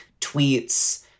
tweets